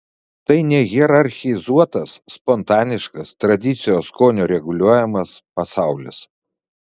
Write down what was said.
tai nehierarchizuotas spontaniškas tradicijos skonio reguliuojamas pasaulis